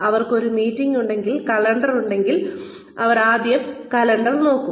അവർക്കൊരു മീറ്റിംഗ് ഉണ്ടെങ്കിൽ കലണ്ടർ ഉണ്ടെങ്കിൽ അവർ ആദ്യം കലണ്ടർ നോക്കും